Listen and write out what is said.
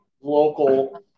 local